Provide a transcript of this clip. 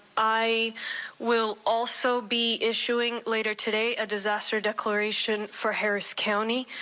i will also be issuing later today a disaster declaration for harris county.